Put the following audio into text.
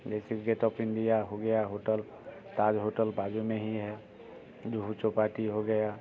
जैसे कि gate of India हो गया होटल ताज होटल बाजू में ही है जुहू चौपाटी हो गया